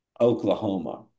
Oklahoma